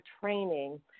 training